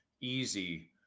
easy